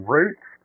Roots